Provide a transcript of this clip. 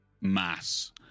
mass